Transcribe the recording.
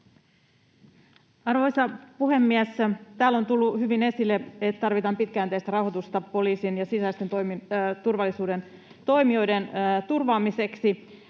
Arvoisa puhemies! Täällä on tullut hyvin esille, että tarvitaan pitkäjänteistä rahoitusta poliisin ja sisäisen turvallisuuden toimijoiden turvaamiseksi.